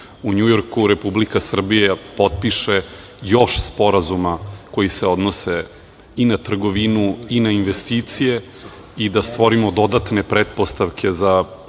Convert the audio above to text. u Njujorku, Republika Srbija potiše još sporazuma koji se odnose i na trgovinu i na investicije i da stvorimo dodatne pretpostavke za